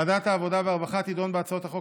ועדת העבודה והרווחה תדון בהצעות החוק